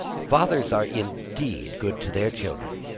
fathers are indeed good to their children!